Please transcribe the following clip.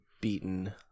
beaten